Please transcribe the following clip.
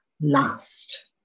last